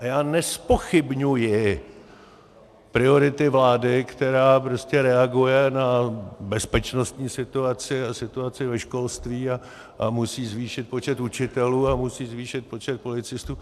A já nezpochybňuji priority vlády, která prostě reaguje na bezpečnostní situaci a situaci ve školství a musí zvýšit počet učitelů a musí zvýšit počet policistů.